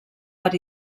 per